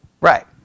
Right